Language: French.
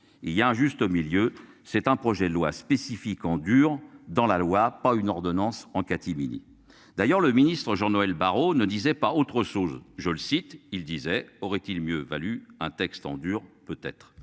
Il y a un juste milieu. C'est un projet de loi spécifique en dur dans la loi, pas une ordonnance en catimini d'ailleurs le ministre Jean-Noël Barrot ne disait pas autre chose, je le cite, il disait aurait-il mieux valu un texte en dur, peut être.